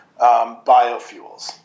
biofuels